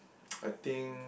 I think